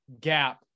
gap